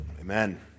Amen